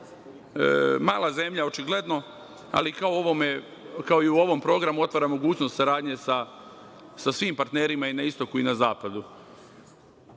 Mala zemlja, očigledno, ali, kao i u ovom programu, otvara mogućnost saradnje sa svim partnerima i na istoku i na zapadu.